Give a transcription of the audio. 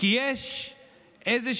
כי יש איזשהו